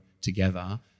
together